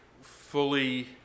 fully